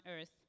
earth